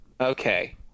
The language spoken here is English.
Okay